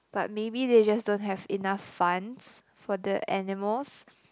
but maybe they just don't have enough funds for the animals